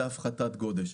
והפחתת גודש.